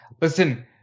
Listen